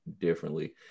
differently